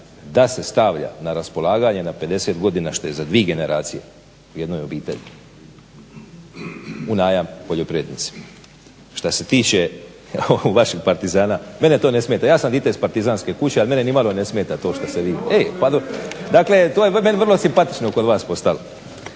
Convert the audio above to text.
da se stavlja na raspolaganje na 50 godina što je za dvije generacije u jednoj obitelji u najam poljoprivrednicima. Što se tiče vaših partizana, mene to ne smeta, ja sam vitez partizanske kuće ali mene ni malo ne smeta to što se vi, e pardon, dakle to je meni vrlo simpatično kod vas postalo.